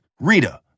Rita